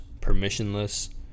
permissionless